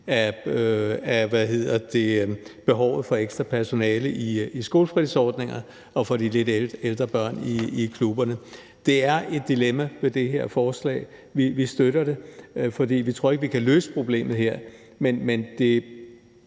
af behovet for ekstra personale i skolefritidsordninger og for de lidt ældre børn i klubberne. Det er et dilemma ved det her forslag. Vi støtter det, for vi tror ikke, at vi kan løse problemet her,